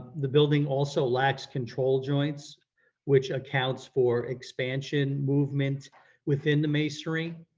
the building also lacks control joints which accounts for expansion movements within the masonry,